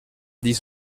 dix